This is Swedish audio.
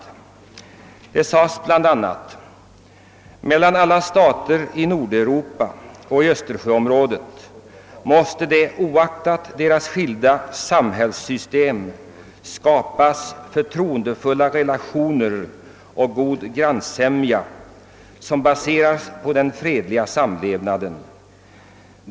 Det sades där bl.a. följande: »Mellan alla stater i Nordeuropa och i Östersjöområdet måste det oaktat deras skilda samhällssystem skapas förtroendefulla relationer och god grannsämja som baserar på den fredliga samlevnaden.